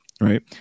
right